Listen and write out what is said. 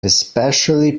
especially